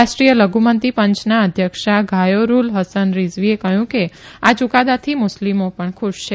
રાષ્ટ્રીય લધુમતી પંચના અધ્યક્ષા ઘાયોરૂલ હસન રીઝવીએ કહ્યું કે આ યુકાદાથી મુસ્લિમો પણ ખુશ છે